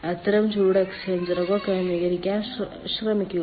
അത്തരം ചൂട് എക്സ്ചേഞ്ചറുകൾ ക്രമീകരിക്കാൻ ശ്രമിക്കുക